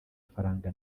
faranga